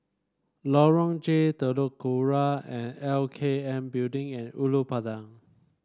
Lorong J Telok Kurau and L K N Building and Ulu Pandan